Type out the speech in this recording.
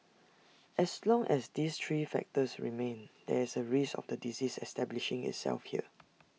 as long as these three factors remain there is A risk of the disease establishing itself here